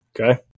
okay